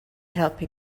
helpu